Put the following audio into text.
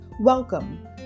Welcome